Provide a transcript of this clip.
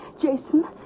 Jason